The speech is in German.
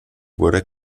wurde